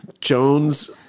Jones-